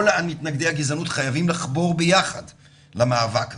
כל מתנגדי הגזענות חייבים לחבור ביחד למאבק הזה.